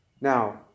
Now